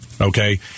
okay